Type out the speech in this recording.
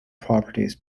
properties